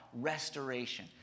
restoration